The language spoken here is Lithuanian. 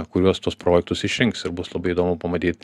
kuriuos tuos projektus išrinks ir bus labai įdomu pamatyt